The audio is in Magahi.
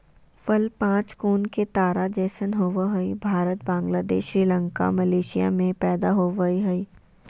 फल पांच कोण के तारा जैसन होवय हई भारत, बांग्लादेश, श्रीलंका, मलेशिया में पैदा होवई हई